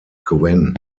gwen